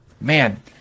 man